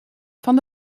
fan